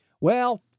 Well